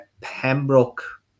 pembroke